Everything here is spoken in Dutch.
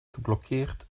geblokkeerd